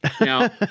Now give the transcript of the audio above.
Now